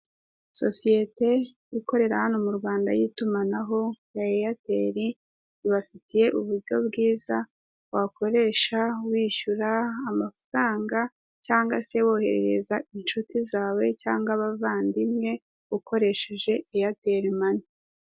Sosiyete ikorera hano mu Rwanda y'itumanaho ya Eyateri, ibafitiye uburyo bwiza wakoresha wishyura amafaranga cyangwa se woherereza inshuti zawe, cyangwa abavandimwe ukoresheje Eyateri Mani.